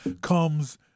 comes